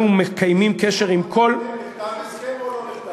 אנחנו מקיימים קשר עם כל, נחתם הסכם או לא נחתם?